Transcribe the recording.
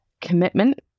commitment